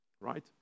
Right